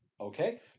okay